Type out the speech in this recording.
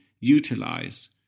Utilize